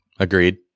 agreed